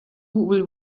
will